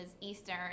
eastern